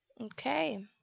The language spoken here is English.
Okay